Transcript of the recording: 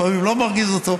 לפעמים אני לא מרגיז אותו,